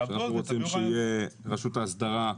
שאנחנו רומים שיהיה רשות ההסדרה,